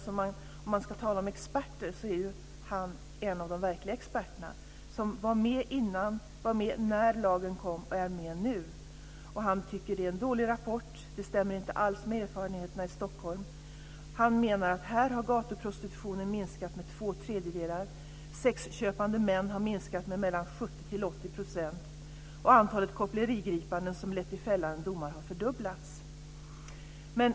Om man ska tala om experter är han en av de verkliga experterna, som var med innan lagen kom och är med nu. Han tycker att det är en dålig rapport, den stämmer inte alls med erfarenheterna i Stockholm. Han menar att gatuprostitutionen här har minskat med två tredjedelar. Antalet sexköpande män har minskat med mellan 70 och 80 %, och antalet koppleriingripanden som lett till fällande dom har fördubblats.